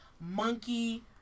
monkey